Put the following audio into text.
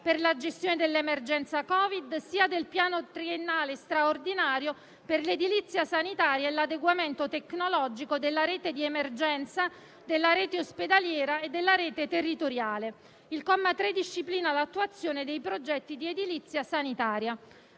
per la gestione dell'emergenza Covid sia del Piano triennale straordinario per l'edilizia sanitaria e l'adeguamento tecnologico della rete di emergenza, della rete ospedaliera e della rete territoriale; il comma 3 disciplina l'attuazione dei progetti di edilizia sanitaria.